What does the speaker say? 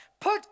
Put